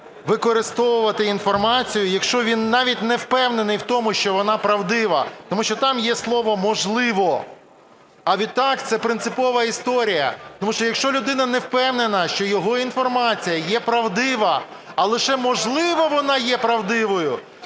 використовувати інформацію, якщо він навіть не впевнений в тому, що вона правдива. Тому що там є слово "можливо". А відтак це принципова історія, тому що якщо людина не впевнена, що його інформація є правдива, а лише "можливо, вона є правдивою",